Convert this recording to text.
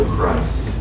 Christ